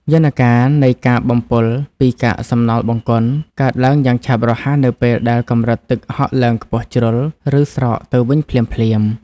យន្តការនៃការបំពុលពីកាកសំណល់បង្គន់ កើតឡើងយ៉ាងឆាប់រហ័សនៅពេលដែលកម្រិតទឹកហក់ឡើងខ្ពស់ជ្រុល ឬស្រកទៅវិញភ្លាមៗ។